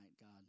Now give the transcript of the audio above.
God